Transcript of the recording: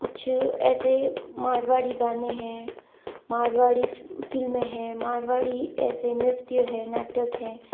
कुछ ऐसे मारवाड़ी गाने हैं मारवाड़ी फ़िल्में है मारवाड़ी ऐसे नृत्य हैं नाटक हैं